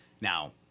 Now